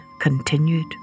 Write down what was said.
continued